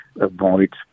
avoid